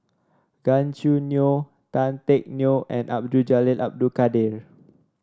Gan Choo Neo Tan Teck Neo and Abdul Jalil Abdul Kadir